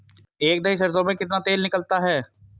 एक दही सरसों में कितना तेल निकलता है?